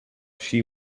she